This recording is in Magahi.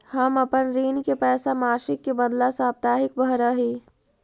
हम अपन ऋण के पैसा मासिक के बदला साप्ताहिक भरअ ही